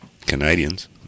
Canadians